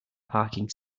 parking